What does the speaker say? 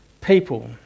people